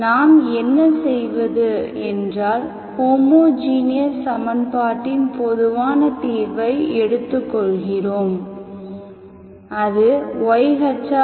நாம் என்ன செய்வது என்றால் ஹோமோஜீனியஸ் சமன்பாட்டின் பொதுவான தீர்வை எடுத்துக் கொள்கிறோம் அது yHxc1y1c2y2